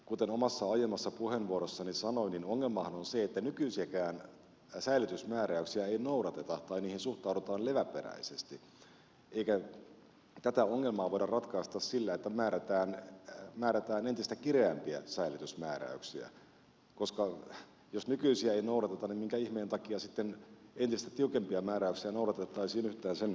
kuten omassa aiemmassa puheenvuorossani sanoin niin ongelmahan on se että nykyisiäkään säilytysmääräyksiä ei noudateta tai niihin suhtaudutaan leväperäisesti eikä tätä ongelmaa voida ratkaista sillä että määrätään entistä kireämpiä säilytysmääräyksiä koska jos nykyisiä ei noudateta niin minkä ihmeen takia sitten entistä tiukempia määräyksiä noudatettaisiin yhtään sen enempää